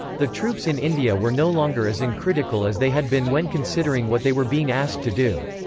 the troops in india were no longer as uncritical as they had been when considering what they were being asked to do.